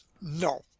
No